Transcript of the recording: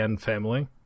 family